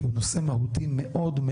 כי הוא נושא מהותי מאוד.